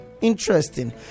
Interesting